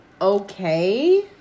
okay